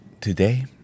today